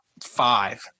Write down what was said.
five